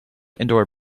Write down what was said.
indoor